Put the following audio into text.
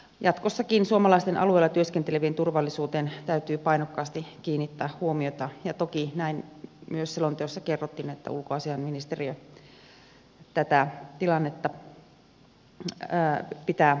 jatkossakin suomalaisten alueella työskentelevien turvallisuuteen täytyy painokkaasti kiinnittää huomiota ja toki näin myös selonteossa kerrottiin että ulkoasiainministeriö tätä tilannetta pitää tärkeänä